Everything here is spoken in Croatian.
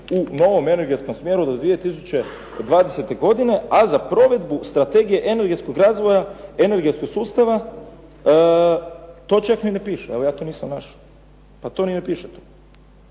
u novom energetskom smjeru do 2020. godine, a za provedbu strategije energetskog razvoja energetskog sustava to čak ni ne piše. Evo ja to nisam našao. Pa to ni ne piše tu.